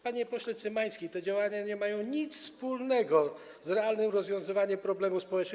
Panie pośle Cymański, te działania nie mają nic wspólnego z realnym rozwiązywaniem problemów społecznych.